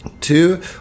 Two